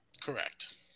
Correct